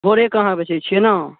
भोरे कऽ अहाँ बेचैत छियै ने